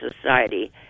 society